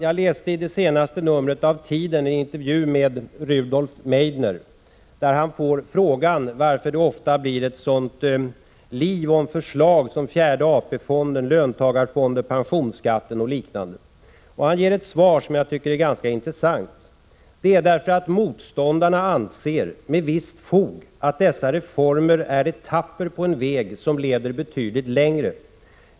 Jag läste i det senaste numret av Tiden en intervju med Rudolf Meidner där han får frågan varför det ofta blir ett sådant liv om förslag som fjärde AP-fonden, löntagarfonder, pensionsskatt och liknande. Han ger ett svar som jag tycker är ganska intressant: ”Därför att motståndarna anser, med visst fog, att dessa reformer är etapper på en väg, som leder betydligt längre.